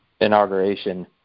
inauguration